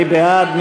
מי בעד?